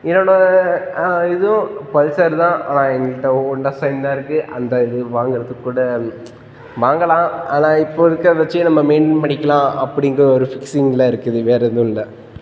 என்னோடய இதுவும் பல்சர் தான் ஆனால் என்கிட்டே ஹோண்டா சைன் தான் இருக்குது அந்த இது வாங்குறதுக்குக் கூட வாங்கலாம் ஆனால் இப்போ இருக்கிறத வெச்சே நம்ம மெயிண்டெயின் பண்ணிக்கலாம் அப்படின்ட்டு ஒரு ஃபிக்சிங்கில் இருக்குது வேறு எதுவும் இல்லை